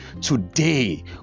Today